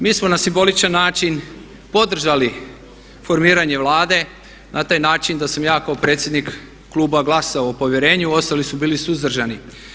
Mi smo na simboličan način podržali formiranje Vlade, na taj način da sam ja kao predsjednik kluba glasao o povjerenju ostali su bili suzdržani.